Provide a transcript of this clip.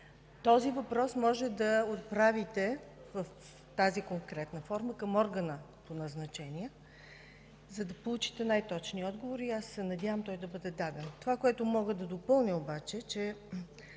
Този въпрос може да отправите в тази конкретна форма към органа по назначения, за да получите най-точния отговор. Надявам се той да бъде даден. Това, което мога да допълня, е, че